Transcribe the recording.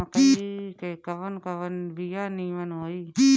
मकई के कवन कवन बिया नीमन होई?